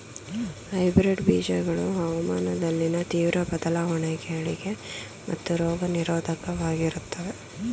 hybrid ಬೀಜಗಳು ಹವಾಮಾನದಲ್ಲಿನ ತೀವ್ರ ಬದಲಾವಣೆಗಳಿಗೆ ಮತ್ತು ರೋಗ ನಿರೋಧಕವಾಗಿರುತ್ತವೆ